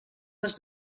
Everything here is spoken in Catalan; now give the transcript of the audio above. les